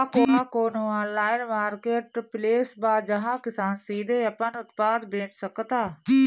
का कोनो online marketplace बा जहां किसान सीधे अपन उत्पाद बेच सकता?